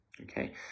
Okay